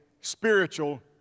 spiritual